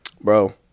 Bro